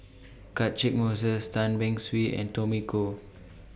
Catchick Moses Tan Beng Swee and Tommy Koh